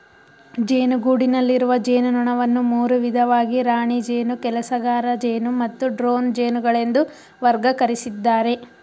ಜೇನುಗೂಡಿನಲ್ಲಿರುವ ಜೇನುನೊಣವನ್ನು ಮೂರು ವಿಧವಾಗಿ ರಾಣಿ ಜೇನು ಕೆಲಸಗಾರಜೇನು ಮತ್ತು ಡ್ರೋನ್ ಜೇನುಗಳೆಂದು ವರ್ಗಕರಿಸಿದ್ದಾರೆ